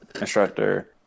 instructor